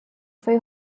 foi